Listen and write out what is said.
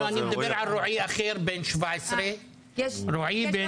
אני מדבר על רועי אחר בן 17. תיראי,